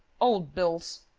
old bills.